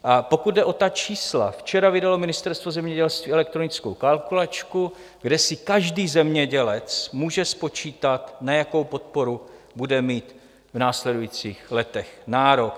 A pokud jde o ta čísla, včera vydalo Ministerstvo zemědělství elektronickou kalkulačku, kde si každý zemědělec může spočítat, na jakou podporu bude mít v následujících letech nárok.